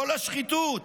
לא לשחיתות.